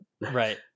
right